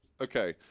Okay